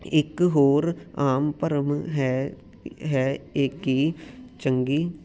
ਇੱਕ ਹੋਰ ਆਮ ਭਰਮ ਹੈ ਹੈ ਇਹ ਕਿ ਚੰਗੀ